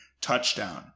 touchdown